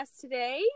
today